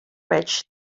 rich